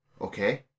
Okay